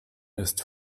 ist